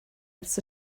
ers